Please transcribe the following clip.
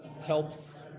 Helps